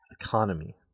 economy